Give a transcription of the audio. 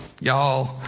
y'all